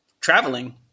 traveling